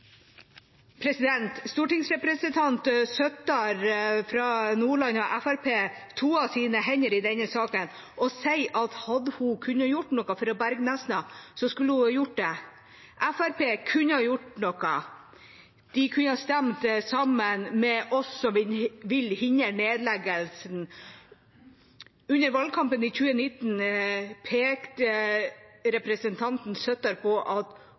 fra Nordland og Fremskrittspartiet toer sine hender i denne saken og sier at hadde hun kunnet gjøre noe for å berge Nesna, skulle hun ha gjort det. Fremskrittspartiet kunne ha gjort noe. De kunne ha stemt sammen med oss som ville hindre nedleggelsen. Under valgkampen i 2019 pekte representanten Søttar på at